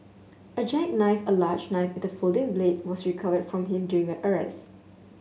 a jackknife a large knife with a folding blade was recovered from him during a arrest